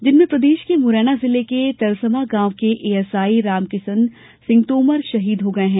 जिसमें प्रदेश के मुरैना जिले के तरसमा गांव के एएसआई रामकिशन सिंह तोमर शहीद हो गये हैं